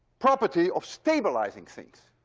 property of stabilizing things.